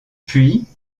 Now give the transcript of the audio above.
puis